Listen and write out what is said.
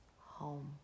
home